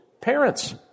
parents